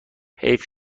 حیف